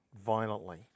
violently